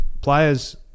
Players